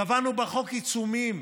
קבענו בחוק עיצומים,